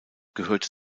gehörte